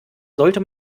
sollte